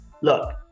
look